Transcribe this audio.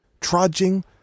trudging